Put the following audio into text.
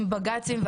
עם בג"צים.